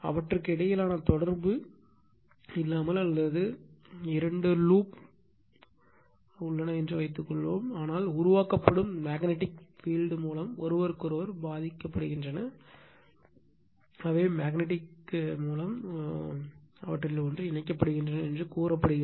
அவற்றுக்கு இடையே தொடர்பு இல்லாமல் அல்லது இல்லாமல் இரண்டு லூப் உள்ளன என்று வைத்துக் கொள்வோம் ஆனால் உருவாக்கப்படும் மேக்னட்டிக் பீல்ட் மூலம் ஒருவருக்கொருவர் பாதிக்கப்படுகின்றன அவற்றில் ஒன்று அவை மேக்னட்டிக் இணைக்கப்படுகின்றன என்று கூறப்படுகிறது